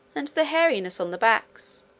and the hairiness on the backs.